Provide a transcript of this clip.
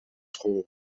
school